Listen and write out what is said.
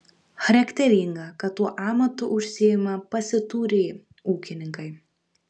charakteringa kad tuo amatu užsiima pasiturį ūkininkai